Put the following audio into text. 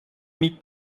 mit